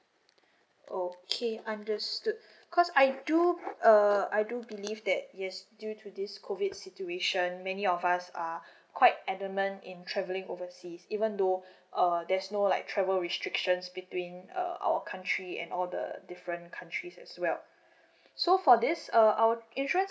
okay understood cause I do uh I do believe that yes due to this COVID situation many of us are quite adamant in travelling overseas even though uh there's no like travel restrictions between uh our country and all the different countries as well so for this uh our insurance